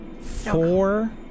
Four